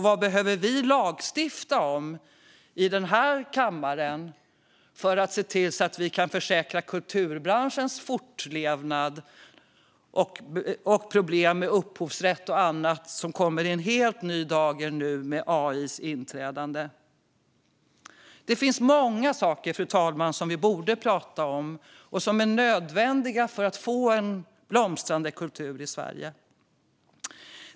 Vad behöver vi lagstifta om i kammaren för att se till att säkra kulturbranschens fortlevnad och hantera problem med upphovsrätt som kommer i en helt ny dager med AI:s inträde? Fru talman! Det finns många saker vi borde prata om som är nödvändiga för att få en blomstrande kultur i Sverige.